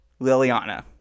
Liliana